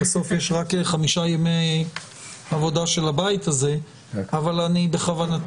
בסוף יש רק חמישה ימי עבודה של הבית הזה אבל בכוונתי